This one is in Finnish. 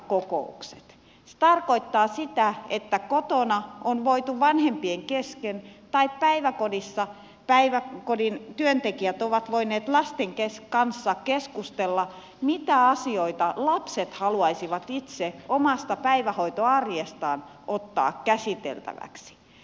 se tarkoittaa sitä että kotona on voitu vanhempien kanssa keskustella tai päiväkodin työntekijät ovat voineet lasten kanssa keskustella mitä asioita lapset haluaisivat itse omasta päivähoitoarjestaan ottaa käsiteltäväksi